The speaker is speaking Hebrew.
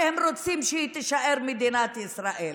כי הם רוצים שהיא תישאר מדינת ישראל,